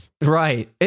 Right